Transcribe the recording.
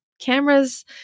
cameras